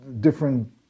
different